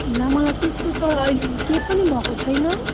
ला मलाई त्यस्तो त अहिले केही पनि भएको छैन